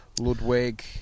Ludwig